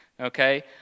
okay